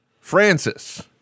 Francis